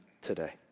today